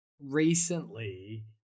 recently